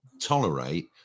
tolerate